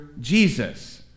Jesus